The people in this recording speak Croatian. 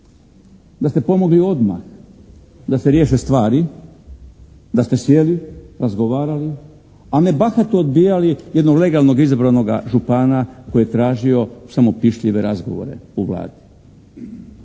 Da ste pomogli odmah da se riješe stvari, da ste sjeli, razgovarali a ne bahato odbijali jednog legalnog izabranoga župana koji je tražio samo pišljive razgovore u Vladi.